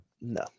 No